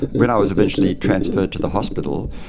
when i was eventually transferred to the hospital,